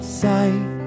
sight